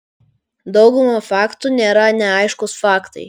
dauguma faktų nėra neaiškūs faktai